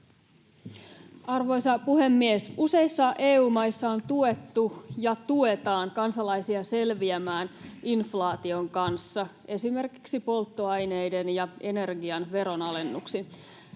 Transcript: Arvoisa puhemies! Useissa EU-maissa on tuettu ja tuetaan kansalaisia selviämään inflaation kanssa esimerkiksi polttoaineiden ja energian veronalennuksin.